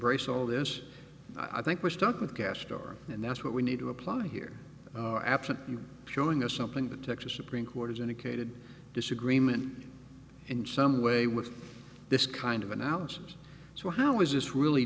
brace all this i think we're stuck with cast over and that's what we need to apply here absent you showing us something the texas supreme court has indicated disagreement in some way with this kind of analysis so how is this really